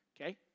Okay